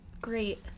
great